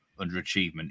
underachievement